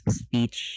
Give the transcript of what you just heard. speech